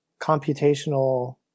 computational